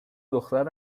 دختر